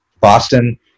Boston